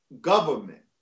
government